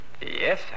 yes